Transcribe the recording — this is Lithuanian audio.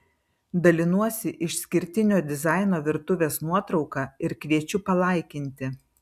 dalinuosi išskirtinio dizaino virtuvės nuotrauka ir kviečiu palaikinti